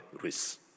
risks